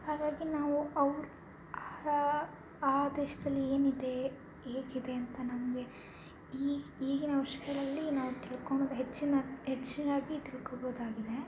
ಹಾಗಾಗಿ ನಾವು ಅವ್ರ ಆ ದೇಶದಲ್ಲಿ ಏನು ಇದೆ ಹೇಗಿದೆ ಅಂತ ನಮಗೆ ಈ ಈಗಿನ ವರ್ಷಗಳಲ್ಲಿ ನಾವು ತಿಳ್ಕೊಂಡು ಹೆಚ್ಚಿನ ಹೆಚ್ಚಿನಾಗಿ ತಿಳ್ಕೋಬೌದಾಗಿದೆ